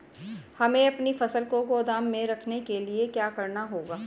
हमें अपनी फसल को गोदाम में रखने के लिये क्या करना होगा?